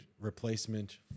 replacement